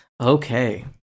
okay